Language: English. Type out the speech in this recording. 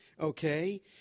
Okay